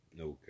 Okay